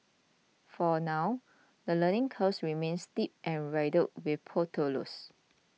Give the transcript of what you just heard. for now the learning curve remains steep and riddled with potholes